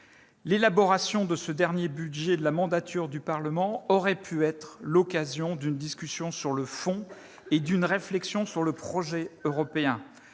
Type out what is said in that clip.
L'élaboration de ce dernier budget de la mandature du Parlement européen aurait pu être l'occasion d'une discussion sur le fond et d'une réflexion sur le projet européen.